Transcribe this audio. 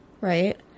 Right